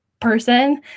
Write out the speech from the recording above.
person